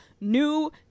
new